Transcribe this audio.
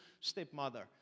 stepmother